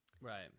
Right